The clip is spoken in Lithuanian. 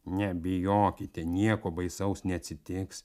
nebejokite nieko baisaus neatsitiks